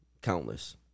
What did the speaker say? Countless